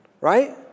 Right